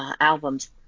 Albums